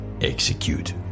Execute